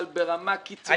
אבל ברמה קיצונית ביותר.